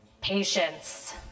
Patience